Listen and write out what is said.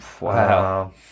Wow